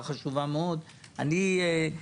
אין מי שמעיז לצאת נגדם למאבק,